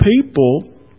people